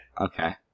Okay